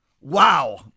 Wow